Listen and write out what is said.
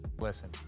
listen